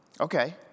Okay